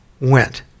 went